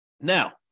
Now